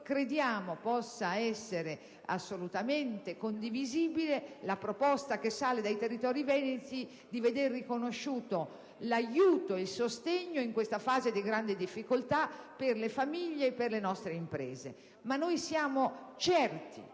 crediamo possa essere assolutamente condivisibile la proposta che sale dai territori veneti di vedere riconosciuto l'aiuto ed il sostegno in questa fase di grande difficoltà per le famiglie e le nostre imprese. Siamo certi,